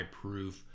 proof